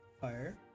fire